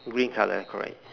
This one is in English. green colour correct